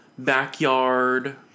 backyard